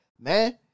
man